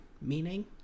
meaning